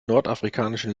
nordafrikanischen